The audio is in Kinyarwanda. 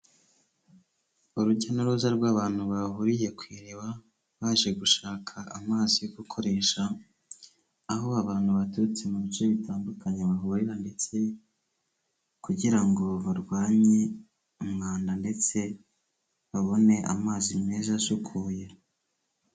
Urujya n'uruza rw'abantu bahuriye ku iriba baje gushaka amazi yo gukoresha, aho abantu baturutse mu bice bitandukanye bahurira ndetse kugira ngo barwanye umwanda ndetse babone amazi meza asukuye,